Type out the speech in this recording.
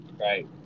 Right